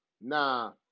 Nah